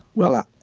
well,